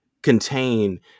contain